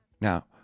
Now